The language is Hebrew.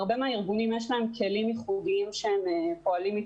להרבה ארגונים יש כלים ייחודים איתם הם פועלים.